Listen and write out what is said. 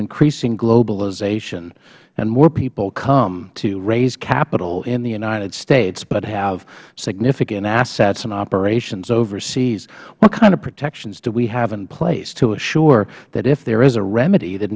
increasing globalization and more people come to raise capital in the united states but have significant assets and operations overseas what kind of protections do we have in place to assure that if there is a remedy that